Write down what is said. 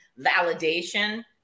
validation